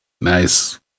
nice